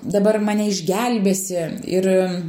dabar mane išgelbėsi ir